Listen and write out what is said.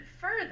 further